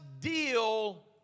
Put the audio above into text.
deal